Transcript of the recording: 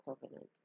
covenant